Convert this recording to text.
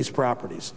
these properties